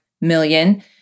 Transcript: million